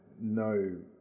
no